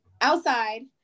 outside